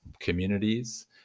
communities